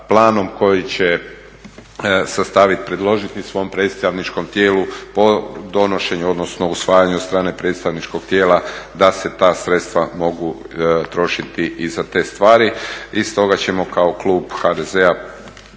planom koji će sastaviti, predložiti svom predstavničkom tijelu po donošenju, odnosno usvajanju strane predstavničkog tijela da se ta sredstva mogu trošiti i za te stvari i stoga ćemo kao klub HDZ-a